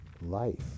life